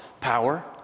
Power